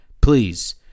please